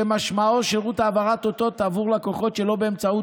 שמשמעו שירות העברת אותות עבור לקוחות שלא באמצעות